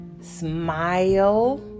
smile